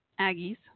Aggies